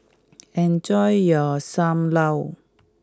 enjoy your Sam Lau